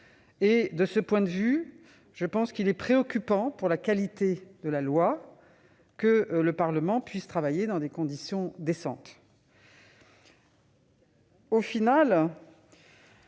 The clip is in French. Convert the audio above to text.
assumées comme telles. Je pense qu'il est préoccupant pour la qualité de la loi que le Parlement ne puisse travailler dans des conditions décentes. Au final,